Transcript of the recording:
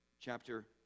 chapter